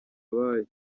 abayo